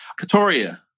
Katoria